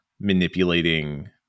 manipulating